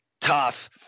tough